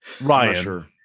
Ryan